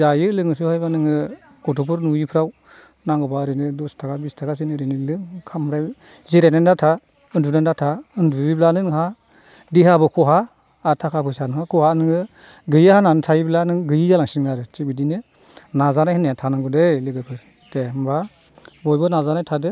जायो लोङो सोबोबा नोङो गथ'फोर नुयिफ्राव नांगौब्ला ओरैनो दस थाखा बिस थाखासोनि ओरैनो लों ओमफ्राय जिरायनानै दा था उन्दुनानै दा था उन्दुयोब्लानो नोंहा देहाबो खहा आरो थाखा फैसाबो नोङो गैया होननानै थायोब्लानो गैयि जालांसिगोन आरो थिख बिदिनो नाजानाय होननाया थानांगौ दै लोगोफोर दे होमब्ला बयबो नाजाना थादो